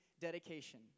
dedication